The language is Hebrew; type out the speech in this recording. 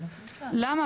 למה?